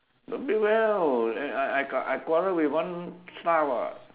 don't pay well I I I quarrel with one staff [what]